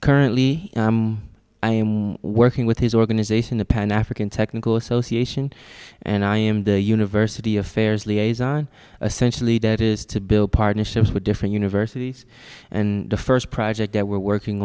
currently i am working with his organization the pan african technical association and i am the university affairs liaison essentially that is to build partnerships with different universities and the first project that we're working